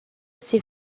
aussi